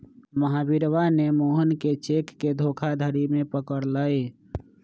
महावीरवा ने मोहन के चेक के धोखाधड़ी में पकड़ लय